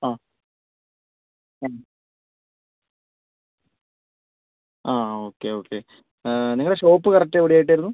ആ ആ ആ ഓക്കെ ഓക്കെ നിങ്ങളുടെ ഷോപ്പ് കറക്റ്റ് എവിടെയായിട്ടായിരുന്നു